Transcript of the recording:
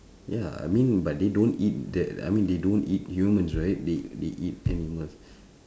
ya I mean but they don't eat that I mean they don't eat humans right they they eat animals